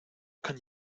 can